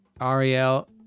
Ariel